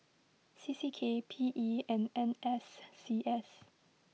C C K P E and N S C S